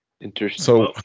Interesting